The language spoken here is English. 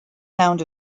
sound